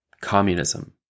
Communism